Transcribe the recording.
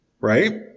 right